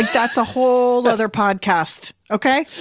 that's a whole other podcast. okay?